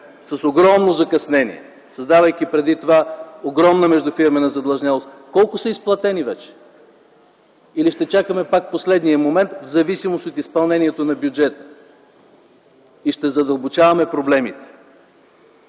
с огромно закъснение, създавайки преди това огромна междуфирмена задлъжнялост, колко вече са изплатени? Или ще чакаме пак последния момент в зависимост от изпълнението на бюджета и ще задълбочаваме проблемите?